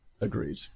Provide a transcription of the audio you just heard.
Agreed